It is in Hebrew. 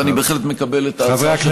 ואני בהחלט מקבל את ההצעה של חבר הכנסת ברושי.